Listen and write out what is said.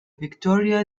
victoria